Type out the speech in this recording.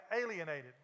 alienated